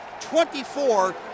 24